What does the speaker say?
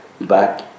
back